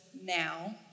now